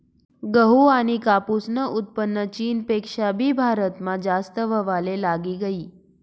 गहू आनी कापूसनं उत्पन्न चीनपेक्षा भी भारतमा जास्त व्हवाले लागी गयी